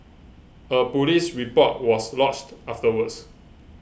a police report was lodged afterwards